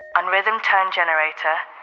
on rhythm tone generator,